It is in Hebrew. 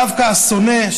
דווקא השונא,